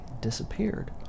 disappeared